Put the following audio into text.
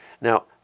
now